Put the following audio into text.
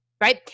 right